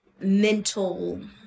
mental